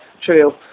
true